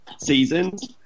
seasons